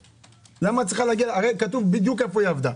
הרי כתוב בדיוק איפה היא עבדה.